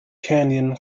canyon